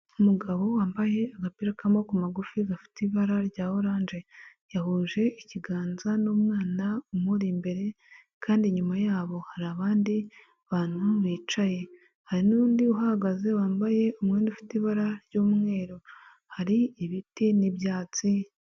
Umugabo wambaye agapira ka maboko magufi gafite ibara rya oranje yahuje ikiganza n'umwana umuri imbere kandi inyuma yabo hari abandi bantu bicaye, hari n'undi uhagaze wambaye umwenda ufite ibara ry'umweru, hari ibiti n'ibyatsi.